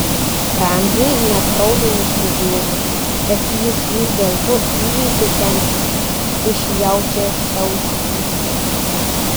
ramziui net raumenis sugėlė bet jis vis dėlto įveikė templę iš jaučio sausgyslės